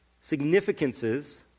significances